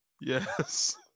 yes